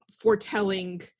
foretelling